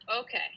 okay